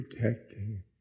protecting